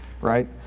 right